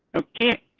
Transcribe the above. okay,